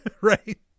Right